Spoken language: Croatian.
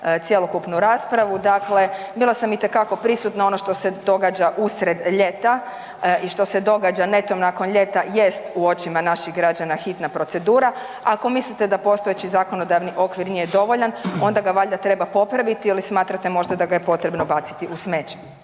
cjelokupnu raspravu. Dakle, bila sam itekako prisutna. Ono što se događa usred ljeta i što se događa netom nakon ljeta jest u očima naših građana hitna procedura, a ako mislite da postojeći zakonodavni okvir nije dovoljan onda ga valjda treba popraviti ili smatrate možda da ga je potrebno baciti u smeće.